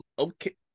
Okay